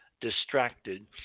distracted